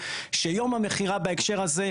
שיום המכירה בהקשר הזה,